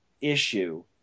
issue